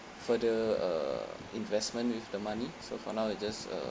further uh investment with the money so for now it's just uh